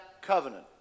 covenant